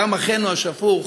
דם אחינו השפוך